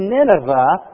Nineveh